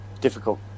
difficult